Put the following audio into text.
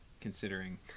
considering